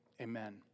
amen